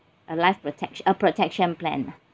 a life protect a protection plan lah